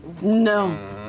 No